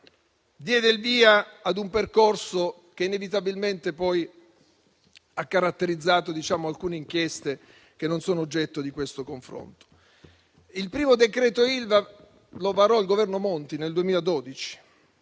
diede il via a un percorso che inevitabilmente poi ha caratterizzato alcune inchieste che non sono oggetto di questo confronto. Il primo decreto Ilva lo varò il Governo Monti nel 2012